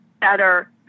better